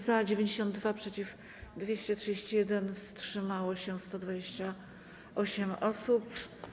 Za - 92, przeciw - 231, wstrzymało się 128 osób.